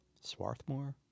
Swarthmore